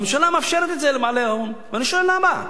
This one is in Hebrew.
הממשלה מאפשרת את זה לבעלי ההון, ואני שואל: למה?